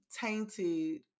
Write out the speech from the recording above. tainted